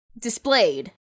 displayed